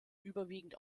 überwiegend